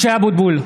(קורא בשמות חברי הכנסת) משה אבוטבול,